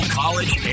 college